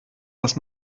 das